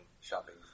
Shopping